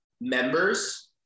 members